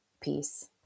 peace